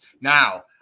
now